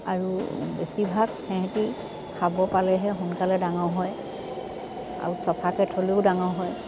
আৰু বেছিভাগ সেহেঁতি খাব পালেহে সোনকালে ডাঙৰ হয় আৰু চফাকে থ'লেও ডাঙৰ হয়